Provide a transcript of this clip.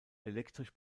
elektrisch